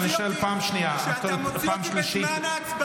אני שואל פעם שנייה, פעם שלישית.